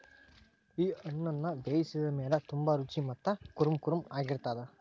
ಈ ಹಣ್ಣುನ ಬೇಯಿಸಿದ ಮೇಲ ತುಂಬಾ ರುಚಿ ಮತ್ತ ಕುರುಂಕುರುಂ ಆಗಿರತ್ತದ